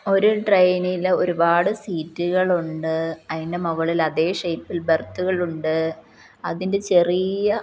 ഒരു ട്രെയിനിൽ ഒരുപാട് സീറ്റുകളുണ്ട് അതിൻ്റെ മുകളിൽ അതേ ഷേപ്പിൽ ബെർത്തുകളുണ്ട് അതിൻ്റെ ചെറിയ